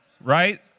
Right